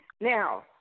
Now